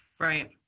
Right